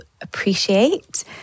appreciate